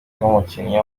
nk’umukinnyi